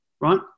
right